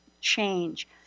change